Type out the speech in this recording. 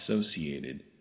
associated